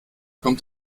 kommt